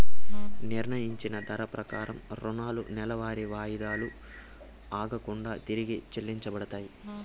నిర్ణయించిన ధర ప్రకారం రుణాలు నెలవారీ వాయిదాలు ఆగకుండా తిరిగి చెల్లించబడతాయి